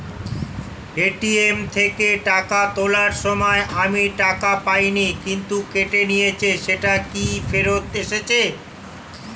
ATM থেকে টাকা তোলার সময় আমি টাকা পাইনি কিন্তু কেটে নিয়েছে সেটা কি ফেরত এসেছে?